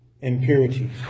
impurities